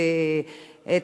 בוודאי שלא.